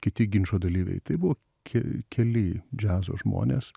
kiti ginčo dalyviai tai buvo ke keli džiazo žmonės